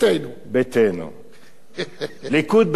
ליכוד ביתנו או ישראל ביתנו, זה לא משנה.